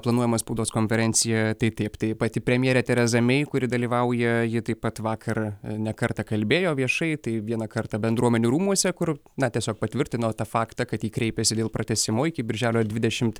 planuojama spaudos konferencija tai taip tai pati premjerė tereza mei kuri dalyvauja ji taip pat vakar ne kartą kalbėjo viešai tai vieną kartą bendruomenių rūmuose kur na tiesiog patvirtino tą faktą kad ji kreipėsi dėl pratęsimo iki birželio dvidešimt